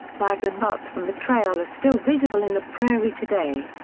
wagon ruts from the trail are still visible in the prairie today.